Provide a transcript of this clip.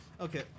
Okay